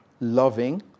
loving